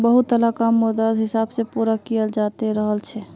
बहुतला काम मुद्रार हिसाब से पूरा कियाल जाते रहल छे